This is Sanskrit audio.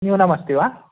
न्यूनमस्ति वा